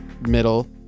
middle